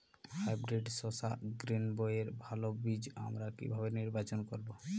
Hybrid শসা গ্রীনবইয়ের ভালো বীজ আমরা কিভাবে নির্বাচন করব?